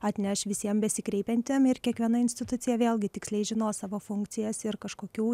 atneš visiem besikreipiantiem ir kiekviena institucija vėlgi tiksliai žinos savo funkcijas ir kažkokių